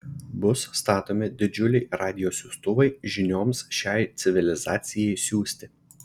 bus statomi didžiuliai radijo siųstuvai žinioms šiai civilizacijai siųsti